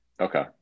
okay